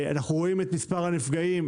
אנחנו רואים את מספר הנפגעים,